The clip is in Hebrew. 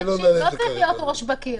תקשיב, לא צריך להיות עם ראש בקיר.